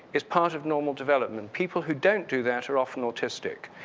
is part of normal development. people who don't do that are often autistic.